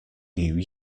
new